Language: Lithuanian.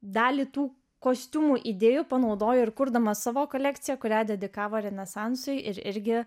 dalį tų kostiumų idėjų panaudojo ir kurdamas savo kolekciją kurią dedikavo renesansui ir irgi